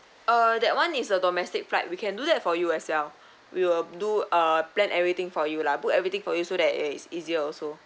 err that one is a domestic flight we can do that for you as well we will do uh plan everything for you lah book everything for you so that it's easier also